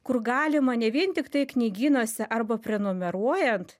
kur galima ne vien tiktai knygynuose arba prenumeruojant